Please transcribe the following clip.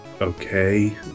Okay